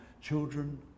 children